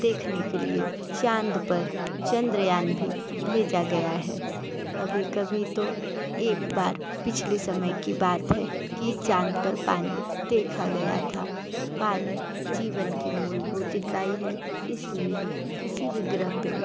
देखने के लिए चाँद पर चंद्रयान भी भेजा गया है कभी कभी तो एक बार पिछले समय की बात है कि चाँद पर पानी देखा गया था पानी जीवन की मूलभूत इकाई है इसलिए किसी भी ग्रह पर